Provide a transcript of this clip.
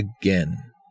again